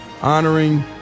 honoring